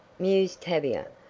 mused tavia.